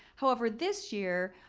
however, this year,